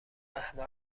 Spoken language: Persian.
احمق